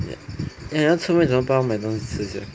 ya ya 你要出门怎么帮他买东西吃 sia